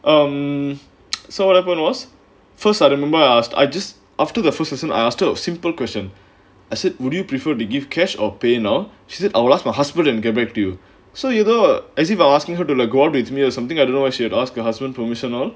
um so what happened was first started mumbai asked I just after the first us and I asked her of simple question as it would you prefer to give cash or PayNow she said I will ask my husband and get back to you so you either as if asking her to laguardia me or something I don't know why she had asked her husband promotional